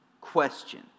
question